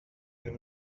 ddim